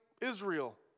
Israel